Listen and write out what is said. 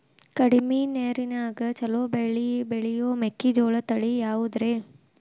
ಕಡಮಿ ನೇರಿನ್ಯಾಗಾ ಛಲೋ ಬೆಳಿ ಬೆಳಿಯೋ ಮೆಕ್ಕಿಜೋಳ ತಳಿ ಯಾವುದ್ರೇ?